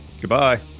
Goodbye